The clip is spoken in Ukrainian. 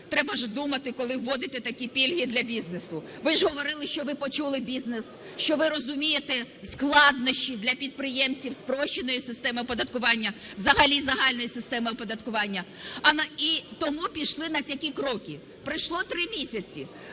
треба ж думати, коли вводите такі пільги для бізнесу. Ви ж говорили, що ви почули бізнес, що ви розумієте складнощі для підприємців спрощеної системи оподаткування, взагалі загальної системи оподаткування, тому пішли на такі кроки. Пройшло 3 місяці